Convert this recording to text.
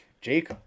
Jake